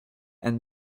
and